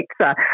pizza